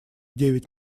девять